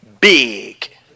big